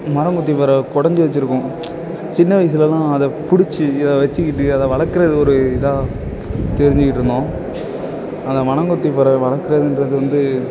மரம்கொத்தி பறவை குடஞ்சி வச்சுருக்கும் சின்ன வயசுலெல்லாம் அதை பிடுச்சு வச்சுக்கிட்டு அதை வளர்குறது ஒரு இதாக தெரிஞ்சிக்கிட்டு இருந்தோம் அந்த மரம்கொத்தி பறவ வளர்க்குறதுன்றது வந்து